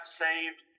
saved